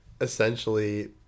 essentially